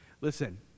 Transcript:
Listen